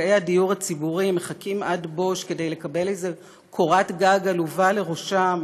זכאי הדיור הציבורי מחכים עד בוש כדי לקבל איזו קורת גג עלובה לראשם,